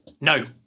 No